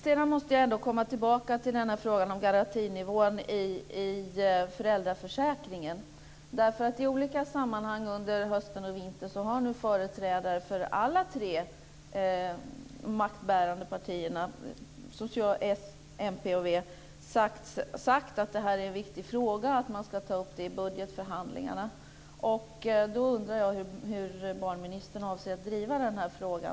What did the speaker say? Sedan måste jag komma tillbaka till frågan om garantinivån i föräldraförsäkringen. I olika sammanhang under hösten och vintern har företrädare för alla de tre maktbärande partierna, Socialdemokraterna, Miljöpartiet och Vänsterpartiet, sagt att detta är en viktig fråga och att man ska ta upp den i budgetförhandlingarna. Då undrar jag hur barnministern avser att driva den här frågan.